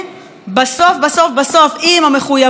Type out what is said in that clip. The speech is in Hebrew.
אם המחויבות היא לשלטון החוק ולא לשלטון,